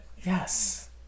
Yes